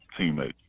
teammate